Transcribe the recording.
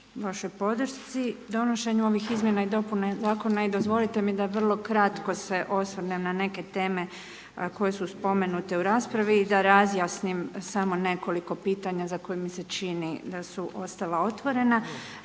vašoj podršci, donošenju ovih izmjena i dopuna zakona i dozvolite mi da vro kratko se osvrnem na neke teme koje su spomenute u raspravi i da razjasnim samo nekoliko pitanja za koja mi se čini da su ostala otvorena.